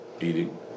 eating